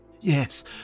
Yes